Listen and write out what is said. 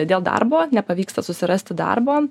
dėl darbo nepavyksta susirasti darbo